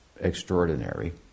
extraordinary